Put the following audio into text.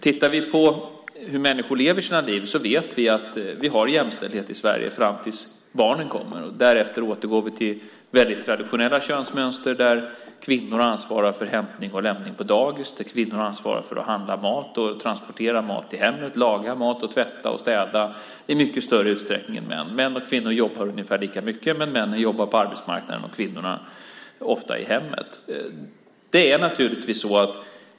Tittar vi på hur människor lever sina liv vet vi att vi har jämställdhet i Sverige fram tills barnen kommer. Därefter återgår vi till väldigt traditionella könsmönster där kvinnor ansvarar för hämtning och lämning på dagis, där kvinnor ansvarar för att handla mat, transportera mat till hemmet, laga mat och tvätta och städa i mycket större utsträckning än män. Män och kvinnor jobbar ungefär lika mycket, men männen jobbar på arbetsmarknaden och kvinnorna ofta i hemmet.